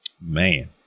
Man